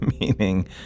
meaning